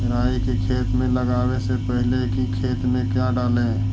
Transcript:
राई को खेत मे लगाबे से पहले कि खेत मे क्या डाले?